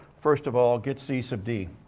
first of all, get c sub d.